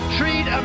treat